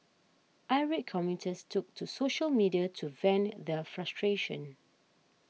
irate commuters took to social media to vent their frustration